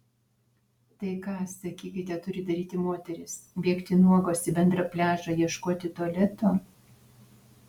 tai ką sakykite turi daryti moterys bėgti nuogos į bendrą pliažą ieškoti tualeto